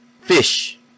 Fish